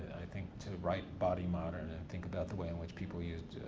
think, to write body modern and think about the way in which people use